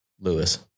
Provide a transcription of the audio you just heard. Lewis